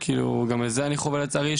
שגם את זה אני חווה לצערי.